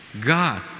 God